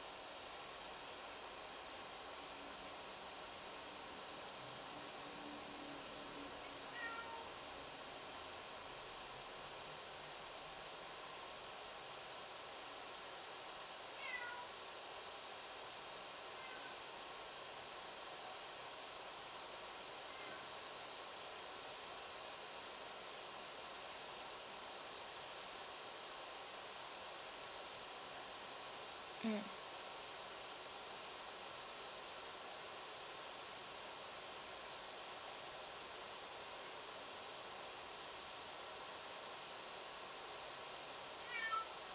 mm